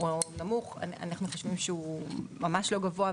נמוך ואנחנו חושבים שהוא ממש לא גבוה,